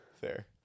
Fair